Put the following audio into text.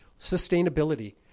Sustainability